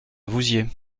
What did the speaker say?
vouziers